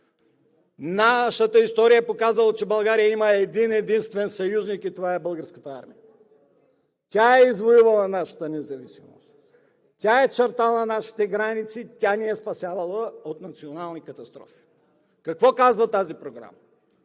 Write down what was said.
Нашата история е показвала, че България е имала един-единствен съюзник и това е Българската армия. Тя е извоювала нашата независимост, тя е чертала нашите граници, тя ни е спасявала от национални катастрофи. Какво казва тази програма?